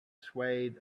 swayed